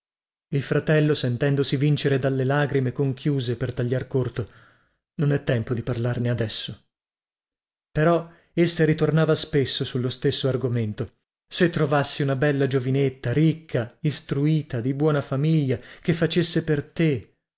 il fratello sentendosi vincere dalle lagrime conchiuse per tagliar corto non è tempo di parlarne adesso però essa ritornava spesso sullo stesso argomento se trovassi una bella giovinetta ricca istruita di buona famiglia che facesse per te